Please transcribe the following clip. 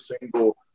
single